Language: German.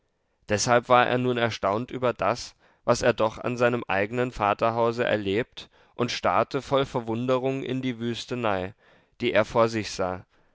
deshalb war er nun erstaunt über das was er doch an seinem eigenen vaterhause erlebt und starrte voll verwunderung in die wüstenei die er vor sich sah